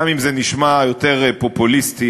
גם אם זה נשמע יותר פופוליסטי,